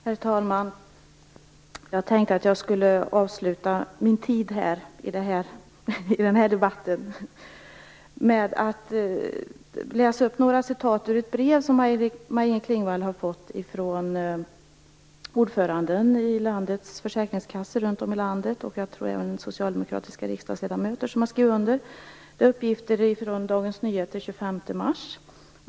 Herr talman! Jag tänkte att jag skulle använda den tid jag har kvar i debatten med att läsa upp några rader ur ett brev som Maj-Inger Klingvall har fått från ordföranden för landets försäkringskassor runt om landet. Jag tror att även socialdemokratiska riksdagsledamöter har skrivit under. Uppgifterna är från Dagens Nyheter den 25 mars.